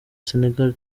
senegal